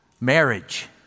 marriage